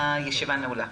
הישיבה נעולה.